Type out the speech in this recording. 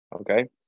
Okay